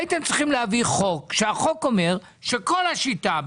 הייתם צריכים להביא חוק שאומר שכל השיטה,